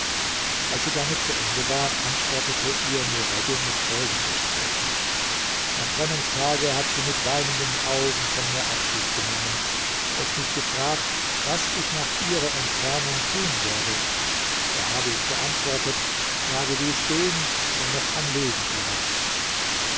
als sie damit zu ende war antwortete ihr nureddin mit folgenden strophen am trennungstage hat sie mit weinenden augen von mir abschied genommen und mich gefragt was ich nach ihrer entfernung tun werde da hab ich geantwortet frage dies den der noch am leben bleibt